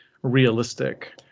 Realistic